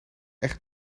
echt